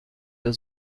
der